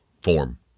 form